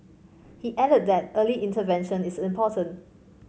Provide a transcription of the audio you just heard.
he added that early intervention is important